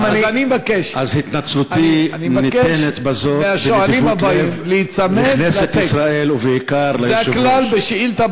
אז התנצלותי ניתנת בזאת בנדיבות לב לכנסת ישראל ובעיקר ליושב-ראש.